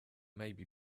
maybe